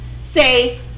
say